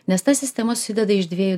nes ta sistema susideda iš dviejų